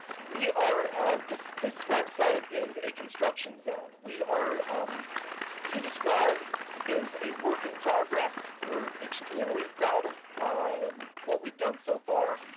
we are this this website is a construction zone. we are youdescribe is a work in progress. we're extremely proud of what we've done so far.